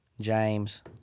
James